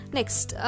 Next